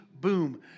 boom